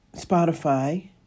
Spotify